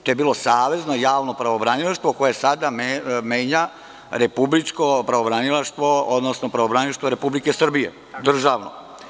To je bilo savezno javno pravobranilaštvo koje sada menja republičko pravobranilaštvo, odnosno Pravobranilaštvo Republike Srbije, državno.